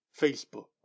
Facebook